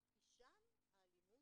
כי שם האלימות